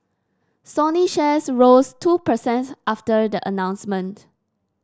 Sony shares rose two per cent after the announcement